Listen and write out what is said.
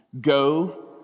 go